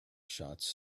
shots